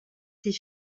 ses